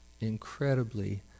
incredibly